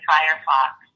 Firefox